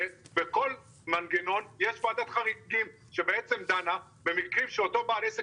בכל מנגנון יש ועדת חריגים שדנה במקרים שאותו בעל עסק